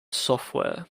software